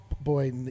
boy